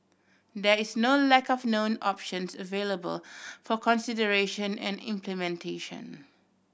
there is no lack of known options available for consideration and implementation